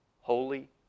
holy